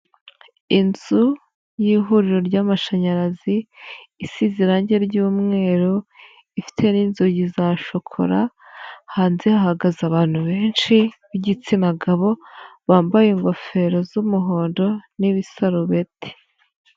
Inzu y'ihuriro ry'amashanyarazi, isize irangi ry'umweru, ifite n'inzugi za shokora, hanze hahagaze abantu benshi b'igitsina gabo, bambaye ingofero z'umuhondo n'ibisarubeti.